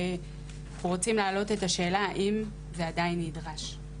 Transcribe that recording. ואנחנו רוצים להעלות את השאלה האם זה עדיין נדרש.